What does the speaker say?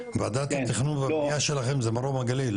ועדת התכנון והבנייה שלכם זה מרום הגליל,